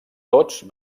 tots